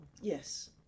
yes